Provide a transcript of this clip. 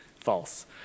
false